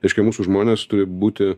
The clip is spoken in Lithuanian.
reiškia mūsų žmonės turi būti